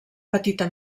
petita